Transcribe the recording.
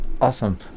Awesome